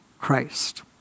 Christ